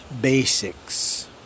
basics